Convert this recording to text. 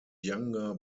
younger